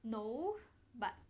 no but